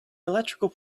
electrical